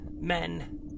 men